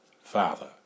Father